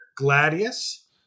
Gladius